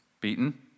beaten